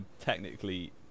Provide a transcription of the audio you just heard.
technically